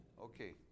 Okay